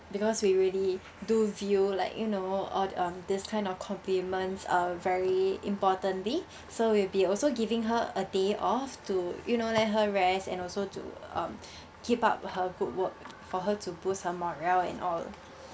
because we really do view like you know on on this kind of compliments uh very importantly so we'll be also giving her a day off to you know let her rest and also to um keep up her good work for her to boost her morale and all